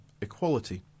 Equality